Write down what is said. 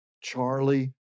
Charlie